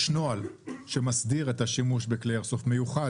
יש נוהל שמסדיר את השימוש בכלי איירסופט מיוחד,